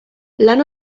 lan